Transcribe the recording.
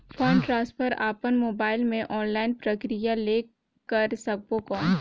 Fund transfer अपन mobile मे online प्रक्रिया ले कर सकबो कौन?